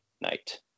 night